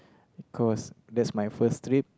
cause that's my first trip